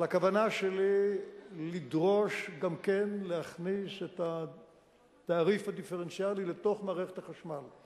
על הכוונה שלי לדרוש גם להכניס את התעריף הדיפרנציאלי לתוך מערכת החשמל.